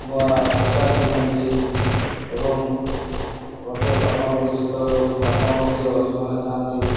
ନୂଆ ପୋଷାକ ପିନ୍ଧନ୍ତି ଏବଂ ରଜ ପାନ ବୋଲି ସେତେବେଳେ ଗୋଟେ ପାନ ମଧ୍ୟ ସେମାନେ ଖାଆନ୍ତି